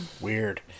Weird